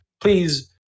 Please